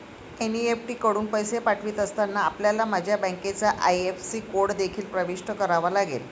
NEFT कडून पैसे पाठवित असताना, आपल्याला माझ्या बँकेचा आई.एफ.एस.सी कोड देखील प्रविष्ट करावा लागेल